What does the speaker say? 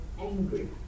angry